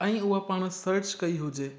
ऐं उहा पाण सर्च कई हुजे